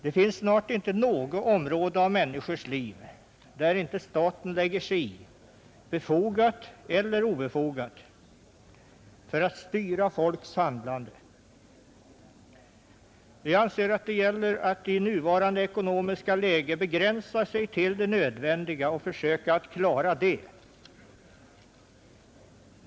Det finns snart inte något område av människors liv där inte staten lägger sig i, befogat eller obefogat, för att styra folks handlande. Vi anser att det i nuvarande ekonomiska läge gäller att begränsa sig till det nödvändiga och försöka klara det.